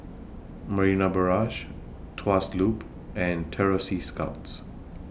Marina Barrage Tuas Loop and Terror Sea Scouts